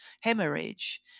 hemorrhage